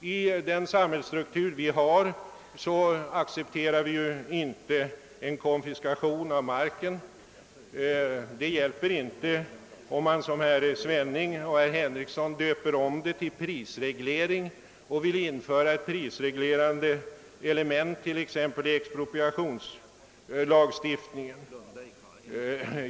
Med den samhällsstruktur vi har accepteras inte konfiskering av mark — det hjälper inte om man som herr Svenning och herr Henrikson döper om det till prisreglering och vill införa prisreglerande element t.ex. i expropriationslagstiftningen.